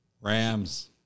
Rams